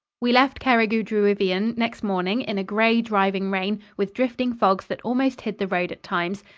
we left cerrig-y-druidion next morning in a gray, driving rain, with drifting fogs that almost hid the road at times.